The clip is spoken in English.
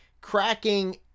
cracking